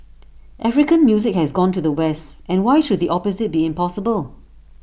African music has gone to the west and why should the opposite be impossible